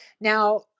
Now